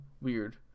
weird